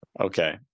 okay